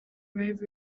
rave